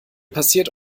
passiert